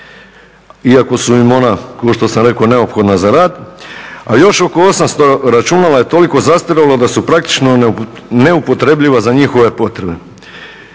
iako su im ona kao što sam rekao neophodna za rad, a još oko 800 računala je toliko zastarjelo da su praktično neupotrebljiva za njihove potrebe.